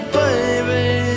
baby